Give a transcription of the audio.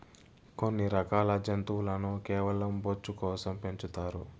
కొన్ని రకాల జంతువులను కేవలం బొచ్చు కోసం పెంచుతారు